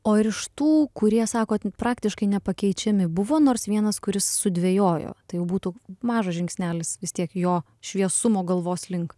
o ir iš tų kurie sakot praktiškai nepakeičiami buvo nors vienas kuris sudvejojo tai jau būtų mažas žingsnelis vis tiek į jo šviesumo galvos link